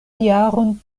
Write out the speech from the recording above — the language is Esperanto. jaron